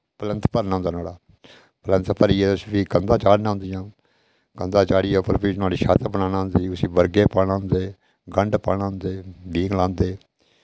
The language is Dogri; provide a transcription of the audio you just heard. प्लैंथ भरना होंदा नोह्ड़ा प्लैंथ भरियै उसी फ्ही कंधां चाढ़ना होन्दियां कंधां चाढ़ियै उप्पर फ्ही नोह्ड़ी छत बनाना होंदी उसी बरगे पाना होंदे गंड पाना होंदे बीख लांदे